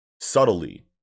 subtly